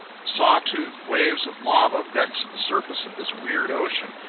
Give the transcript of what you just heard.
saw-toothed waves of lava vexed the surface of this weird ocean,